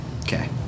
Okay